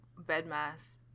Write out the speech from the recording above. Bedmass